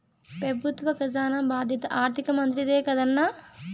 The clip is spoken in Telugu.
పెబుత్వ కజానా బాధ్యత ఆర్థిక మంత్రిదే కదన్నా